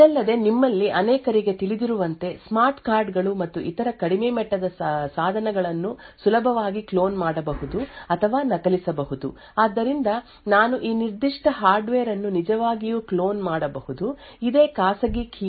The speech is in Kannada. ಇದಲ್ಲದೆ ನಿಮ್ಮಲ್ಲಿ ಅನೇಕರಿಗೆ ತಿಳಿದಿರುವಂತೆ ಸ್ಮಾರ್ಟ್ ಕಾರ್ಡ್ ಗಳು ಮತ್ತು ಇತರ ಕಡಿಮೆ ಮಟ್ಟದ ಸಾಧನಗಳನ್ನು ಸುಲಭವಾಗಿ ಕ್ಲೋನ್ ಮಾಡಬಹುದು ಅಥವಾ ನಕಲಿಸಬಹುದು ಆದ್ದರಿಂದ ನಾನು ಈ ನಿರ್ದಿಷ್ಟ ಹಾರ್ಡ್ವೇರ್ ಅನ್ನು ನಿಜವಾಗಿಯೂ ಕ್ಲೋನ್ ಮಾಡಬಹುದು ಅದೇ ಖಾಸಗಿ ಕೀ ಯನ್ನು ಹೊಂದಿರುವ ಮತ್ತೊಂದು ಹಾರ್ಡ್ವೇರ್ ಅನ್ನು ರಚಿಸಬಹುದು